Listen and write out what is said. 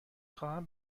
خواهم